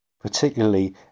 Particularly